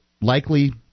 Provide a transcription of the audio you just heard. Likely